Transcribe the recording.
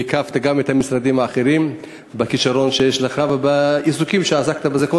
והקפת גם את המשרדים האחרים בכישרונך ומכוח העיסוקים שעסקת בהם.